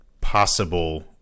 possible